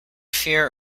fear